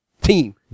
team